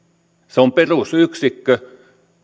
se on perusyksikkö